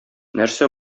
нәрсә